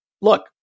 look